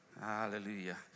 Hallelujah